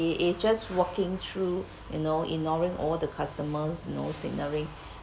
is is just walking through you know ignoring all the customers you know signaling